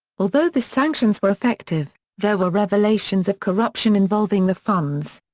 although the sanctions were effective, there were revelations of corruption involving the funds.